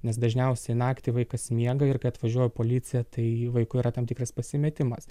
nes dažniausiai naktį vaikas miega ir kai atvažiuoja policija tai vaikui yra tam tikras pasimetimas